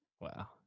Wow